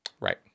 Right